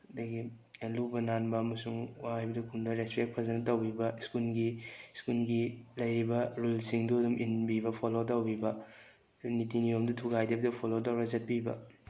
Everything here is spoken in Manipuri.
ꯑꯗꯒꯤ ꯂꯨꯕ ꯅꯥꯟꯕ ꯑꯃꯁꯨꯡ ꯋꯥ ꯍꯥꯏꯕꯗ ꯈꯨꯝꯕꯗ ꯔꯦꯁꯄꯦꯛ ꯐꯖꯅ ꯇꯧꯕꯤꯕ ꯁ꯭ꯀꯨꯜꯒꯤ ꯁ꯭ꯀꯨꯜꯒꯤ ꯂꯩꯔꯤꯕ ꯔꯨꯜꯁꯤꯡꯗꯨ ꯑꯗꯨꯝ ꯏꯟꯕꯤꯕ ꯐꯣꯂꯣ ꯇꯧꯕꯤꯕ ꯅꯤꯇꯤ ꯅꯤꯌꯣꯝꯗꯣ ꯊꯨꯒꯥꯏꯗꯕꯤꯗ ꯐꯣꯂꯣ ꯇꯧꯔꯒ ꯆꯠꯄꯤꯕ